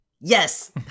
yes